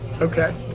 Okay